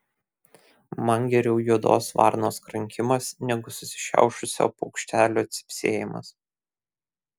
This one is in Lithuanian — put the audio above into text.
man geriau juodos varnos krankimas negu susišiaušusio paukštelio cypsėjimas